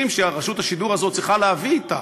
שרשות השידור הזאת צריכה להביא אתה.